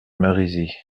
marizys